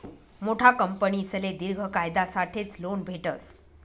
मोठा कंपनीसले दिर्घ कायसाठेच लोन भेटस